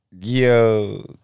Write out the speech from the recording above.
Yo